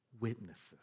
witnesses